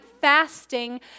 fasting